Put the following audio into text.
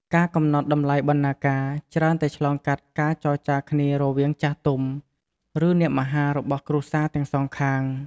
ការកំណត់តម្លៃបណ្ណាការច្រើនតែឆ្លងកាត់ការចរចាគ្នារវាងចាស់ទុំ ឬ អ្នកមហា របស់គ្រួសារទាំងសងខាង។